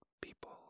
people